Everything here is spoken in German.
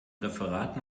referat